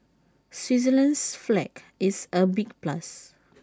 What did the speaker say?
Switzerland's flag is A big plus